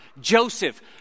Joseph